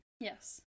Yes